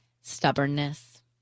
Stubbornness